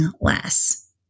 less